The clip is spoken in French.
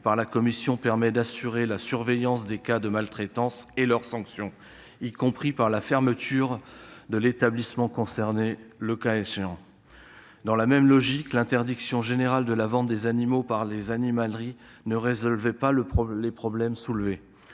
par la commission permet d'assurer la surveillance des cas de maltraitance, ainsi que leur sanction, y compris, le cas échéant, par la fermeture de l'établissement concerné. Dans la même logique, l'interdiction générale de la vente d'animaux par les animaleries ne résolvait pas les problèmes soulevés.